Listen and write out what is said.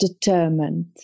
determined